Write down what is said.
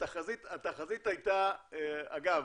אגב,